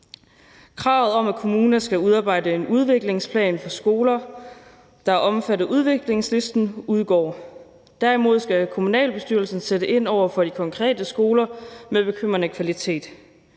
Kravet om, at kommunerne skal udarbejde en udviklingsplan for skoler, der er omfattet af udviklingslisten, udgår. Derimod skal kommunalbestyrelsen sætte ind over for de konkrete skoler med bekymrende kvalitet.